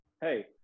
hey